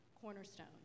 cornerstone